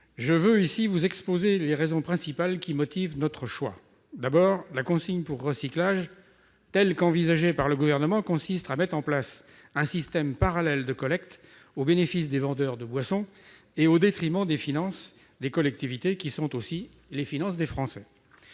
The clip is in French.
je veux vous exposer les raisons principales qui motivent notre choix. D'abord, la consigne pour recyclage telle qu'envisagée par le Gouvernement consiste à mettre en place un système parallèle de collecte au bénéfice des vendeurs de boissons et au détriment des finances des collectivités, lesquelles sont aussi les finances des Français.